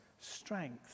strength